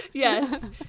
Yes